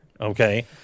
Okay